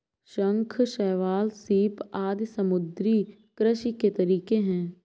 शंख, शैवाल, सीप आदि समुद्री कृषि के तरीके है